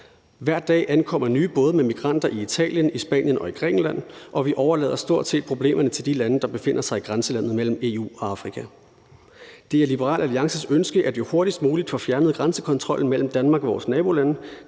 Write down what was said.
Hver dag ankommer nye både med migranter til Italien, Spanien og Grækenland, og vi overlader stort set problemerne til de lande, der befinder sig i grænselandet mellem EU og Afrika. Det er Liberal Alliances ønske, at vi hurtigst muligt får fjernet grænsekontrollen mellem Danmark og vores nabolande.